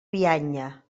bianya